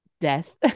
death